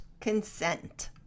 consent